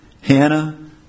Hannah